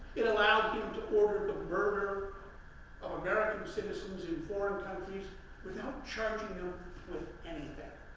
it allowed them to order the murder of american citizens in foreign countries without charging them with anything.